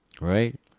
Right